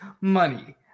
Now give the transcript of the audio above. money